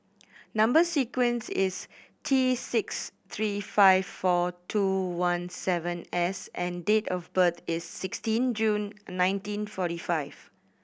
number sequence is T six three five four two one seven S and date of birth is sixteen June nineteen forty five